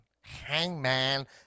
hangman